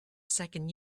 second